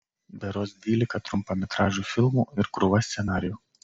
berods dvylika trumpametražių filmų ir krūva scenarijų